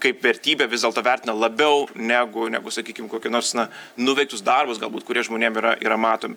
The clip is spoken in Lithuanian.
kaip vertybę vis dėlto vertina labiau negu negu sakykim kokį nors na nuveiktus darbus galbūt kurie žmonėm yra yra matomi